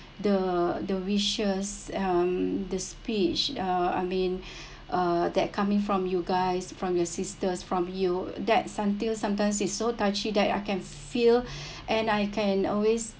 the the wishes um the speech uh I mean uh that coming from you guys from your sisters from you that until sometimes it's so touchy that I can feel and I can always